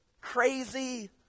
crazy